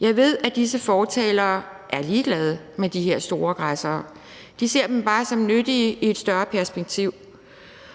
Jeg ved, at disse fortalere er ligeglade med de her store græssere. De ser dem bare som noget nyttigt i et større perspektiv.